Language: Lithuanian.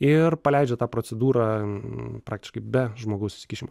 ir paleidžia tą procedūrą praktiškai be žmogaus įsikišimo